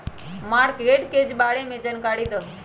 Mortgage के बारे में जानकारी देहु?